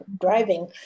driving